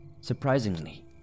Surprisingly